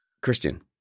Christian